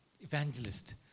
evangelist